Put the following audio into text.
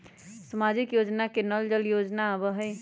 सामाजिक योजना में नल जल योजना आवहई?